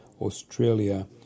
Australia